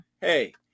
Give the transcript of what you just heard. hey